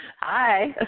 Hi